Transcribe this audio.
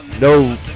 No